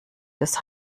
des